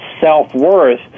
self-worth